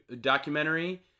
documentary